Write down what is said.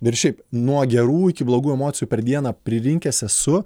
ir šiaip nuo gerų iki blogų emocijų per dieną pririnkęs esu